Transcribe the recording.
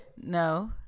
no